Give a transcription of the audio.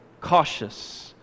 cautious